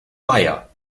meier